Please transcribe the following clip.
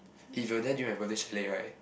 if you're there during my birthday chalet right